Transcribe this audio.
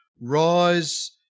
rise